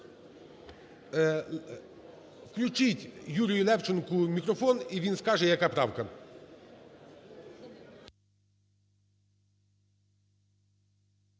Включіть ЮріюЛевченко мікрофон і він скаже, яка правка.